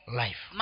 life